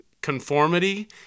conformity